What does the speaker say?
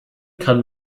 kann